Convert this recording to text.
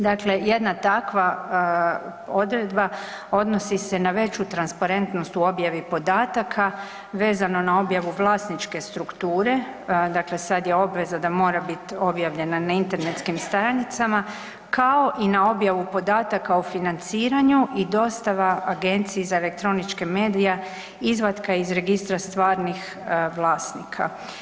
Dakle jedna takva odredba odnosi se na veću transparentnost u objavi podataka, vezano na objavu vlasničke strukture, dakle sad je obveza da mora biti objavljena na internetskim stranicama, kao i na objavu podataka o financiranju i dostava Agenciji za električke medija, izvatka iz Registra stvarnih vlasnika.